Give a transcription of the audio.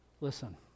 listen